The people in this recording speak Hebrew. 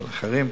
של אחרים,